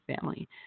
family